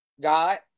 god